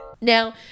Now